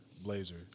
blazer